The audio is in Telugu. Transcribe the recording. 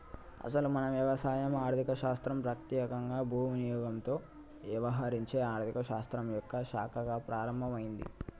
అసలు మన వ్యవసాయం ఆర్థిక శాస్త్రం పెత్యేకంగా భూ వినియోగంతో యవహరించే ఆర్థిక శాస్త్రం యొక్క శాఖగా ప్రారంభమైంది